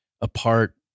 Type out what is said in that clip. apart